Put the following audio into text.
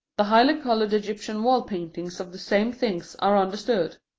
the highly colored egyptian wall-paintings of the same things are understood.